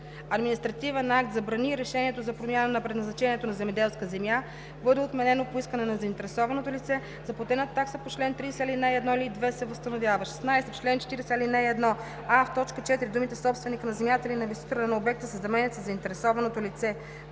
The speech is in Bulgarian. административен акт забрани и решението за промяна на предназначението на земеделската земя бъде отменено по искане на заинтересованото лице, заплатената такса по чл. 30, ал. 1 или 2 се възстановява.“ 16. В чл. 40, ал. 1: а) в т. 4 думите „собственика на земята или на инвеститора на обекта“ се заменят със „заинтересованото лице“;